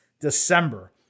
December